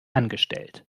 angestellt